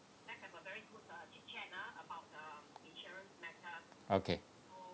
okay